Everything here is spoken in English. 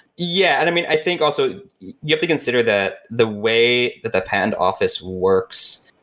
yeah, and i mean, i think also you have to consider that the way that the patent office works,